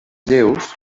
lleus